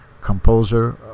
Composer